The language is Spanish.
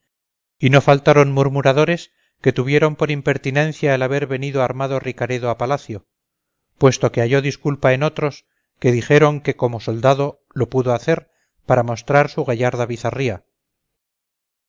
y no faltaron murmuradores que tuvieron por impertinencia el haber venido armado ricaredo a palacio puesto que halló disculpa en otros que dijeron que como soldado lo pudo hacer para mostrar su gallarda bizarría